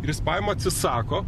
ir jis pajama atsisako